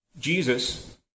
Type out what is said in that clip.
Jesus